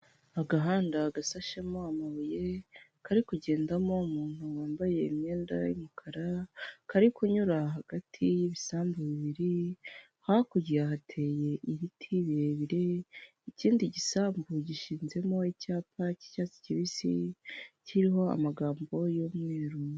Agahanda gashashemo amabuye, kari kugendamo umuntu wambaye imyenda y'umukara kari kunyura hagati y'ibisambu bibiri hakurya hateye ibiti birebire ikindi gisambu gishinzemo icyapa'icyatsi kibisi, kiriho amagambo y'umweru.